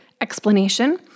explanation